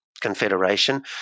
confederation